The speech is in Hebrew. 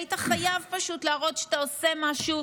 והיית חייב פשוט להראות שאתה עושה משהו,